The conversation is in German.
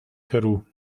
peru